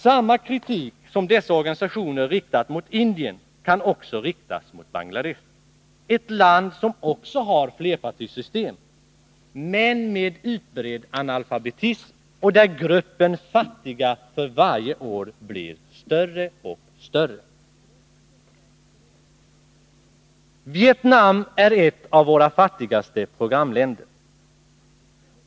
Samma kritik som dessa organisationer riktat mot Indien kan också riktas mot Bangladesh, ett land som också har flerpartisystem men med utbredd analfabetism och där gruppen fattiga för varje år blir större och större. Vietnam är ett av våra fattigaste programländer.